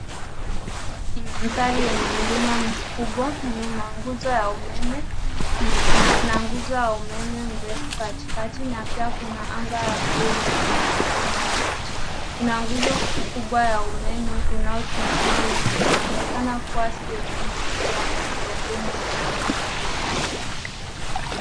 Hii ni mandhari yenye mlima mkubwa nyuma, na nguzo ya umeme mrefu katikati na pia kuna anga ya bluu lenye mawingu machache. Kuna nguzo kubwa ya umeme unaosimama wima. Unaonekana kuwa sehemu muhimu wa miundombinu wa eneo hili.